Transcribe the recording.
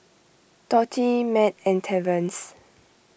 Dorthey Mat and Terence